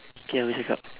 K habis cakap